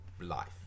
life